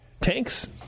tanks